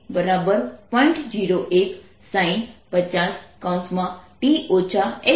01sin50t x14 હશે અથવા 0